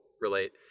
relate